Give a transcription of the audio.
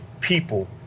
people